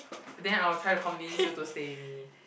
then I will try to convince you to stay with me